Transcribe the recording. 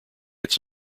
its